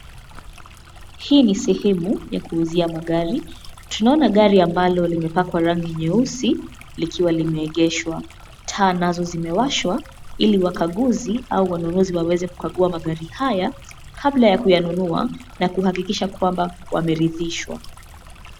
Hii ni sehemu ya kuuzia magari. Tunaona gari ambalo limepakwa rangi nyeusi likiwa limeegeshwa. Taa nazo zimewashwa ili wakaguzi au wanunuzi waweze kukagua magari haya kabla ya kuyanunua na kuhakikisha kwamba wameridhishwa.